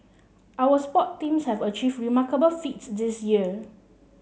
our sports teams have achieved remarkable feats this year